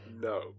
No